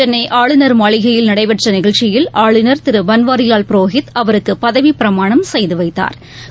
சென்னை ஆளுநர் மாளிகையில் நடைபெற்ற நிகழ்ச்சியில் ஆளுநர் திரு பன்வாரிவால் புரோஹித் அவருக்கு பதவிப் பிரமாணம் செய்து வைத்தாா்